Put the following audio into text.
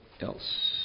else